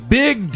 big